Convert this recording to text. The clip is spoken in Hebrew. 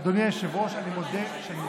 אדוני היושב-ראש, אני מודה שאני מתקשה.